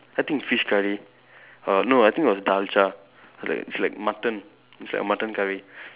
I think it's fish curry uh no I think it was dalcha like it's like mutton it's like a mutton curry